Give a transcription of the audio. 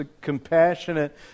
compassionate